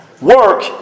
work